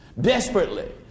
Desperately